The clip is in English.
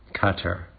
cutter